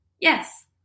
Yes